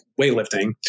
weightlifting